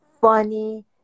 funny